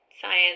science